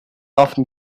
often